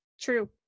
True